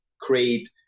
create